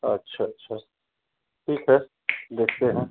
अच्छा अच्छा ठीक है देखते है